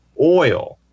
oil